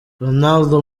ronaldo